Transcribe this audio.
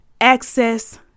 access